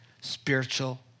spiritual